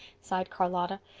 sighed charlotta.